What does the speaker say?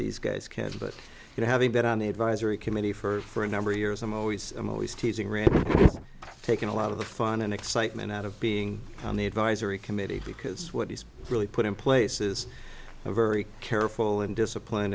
these guys can do but you know having that on the advisory committee for a number of years i'm always i'm always teasing really taken a lot of the fun and excitement out of being on the advisory committee because what he's really put in place is a very careful and discipline